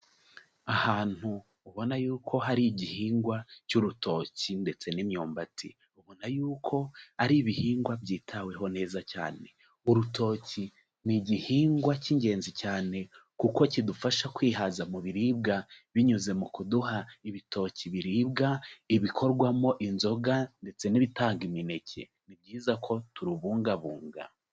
Ahantu ubona yuko hari igihingwa cy'urutoki ndetse n'imyumbati, ubona yuko ari ibihingwa byitaweho neza cyane. Urutoki ni igihingwa cy'ingenzi cyane kuko kidufasha kwihaza mu biribwa binyuze mu kuduha ibitoki biribwa, ibikorwamo inzoga ndetse n'ibitanga imineke. Ni byiza ko turubungabunga.